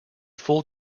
full